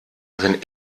wenn